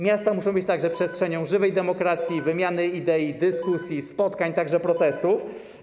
Miasta muszą być także przestrzenią żywej demokracji, wymiany idei, dyskusji, spotkań, także protestów.